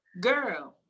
Girl